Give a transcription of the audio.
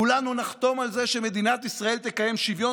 כולנו נחתום על זה שמדינת ישראל תקיים שוויון